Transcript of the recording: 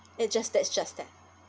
it just that just that